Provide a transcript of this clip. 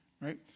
right